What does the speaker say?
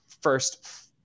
first